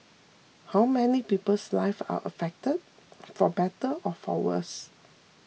how many people's life are affected for better or for worse